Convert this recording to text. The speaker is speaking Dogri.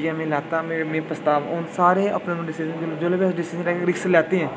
इ'यै में लैता में पच्छतावा सारे अपने अपने डिसीजन जोल्लै तुस डिसीजन ताीईं रिस्क लैते